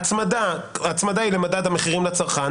ההצמדה היא למדד המחירים לצרכן,